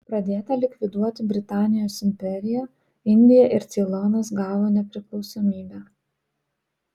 pradėta likviduoti britanijos imperiją indija ir ceilonas gavo nepriklausomybę